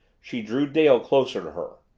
she drew dale closer to her.